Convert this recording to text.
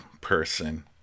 person